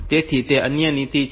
તેથી તે અન્ય નીતિ છે